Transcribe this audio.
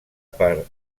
per